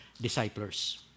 disciples